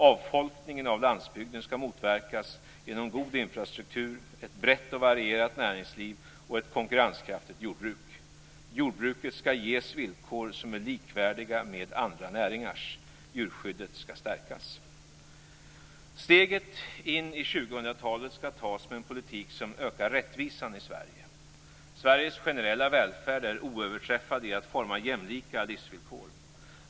Avfolkningen av landsbygden skall motverkas genom god infrastruktur, ett brett och varierat näringsliv och ett konkurrenskraftigt jordbruk. Jordbruket skall ges villkor som är likvärdiga med andra näringars. Djurskyddet skall stärkas. Steget in i 2000-talet skall tas med en politik som ökar rättvisan i Sverige. Sveriges generella välfärd är oöverträffad i att forma jämlika livsvillkor.